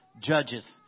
judges